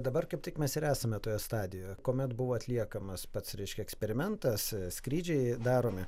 dabar kaip tik mes ir esame toje stadijoje kuomet buvo atliekamas pats reiškia eksperimentas skrydžiai daromi